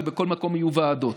ובכל מקום יהיו ועדות.